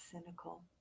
cynical